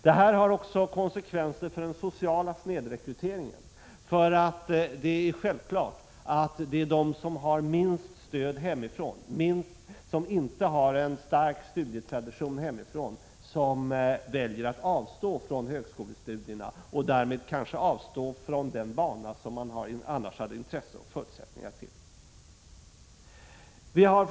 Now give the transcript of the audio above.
Det här har också konsekvenser när det gäller den sociala snedrekryteringen. Det är självklart att det är de som har minst stöd hemifrån, de som inte har en stark studietradition hemma, som väljer att avstå från högskolestudier och därmed från den bana som de kanske hade intresse och förutsättningar för.